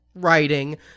writing